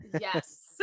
yes